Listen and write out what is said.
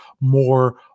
more